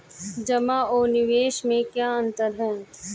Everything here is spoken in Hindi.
जमा और निवेश में क्या अंतर है?